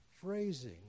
phrasing